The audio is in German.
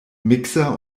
mixer